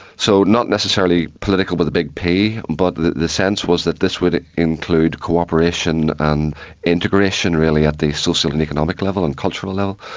so not necessarily political with a big p but the sense was that this would include cooperation and integration really at the social and economic level and cultural level.